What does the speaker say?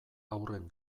haurren